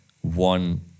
one